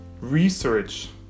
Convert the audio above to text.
research